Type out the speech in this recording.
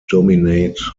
dominate